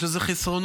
יש לזה חסרונות,